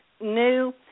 new